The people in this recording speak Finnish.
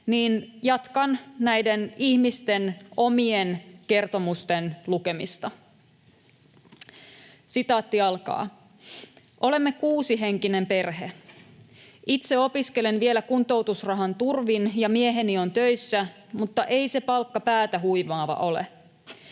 niin jatkan näiden ihmisten omien kertomusten lukemista. ”Olemme kuusihenkinen perhe. Itse opiskelen vielä kuntoutusrahan turvin ja mieheni on töissä, mutta ei se palkka päätä huimaava ole.